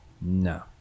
no